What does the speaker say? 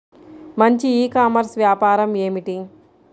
మంచి e commerce వ్యాపారం ఏమిటీ?